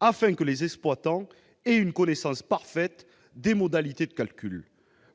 afin que les exploitants aient une parfaite connaissance des modalités de calcul.